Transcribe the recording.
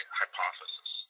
hypothesis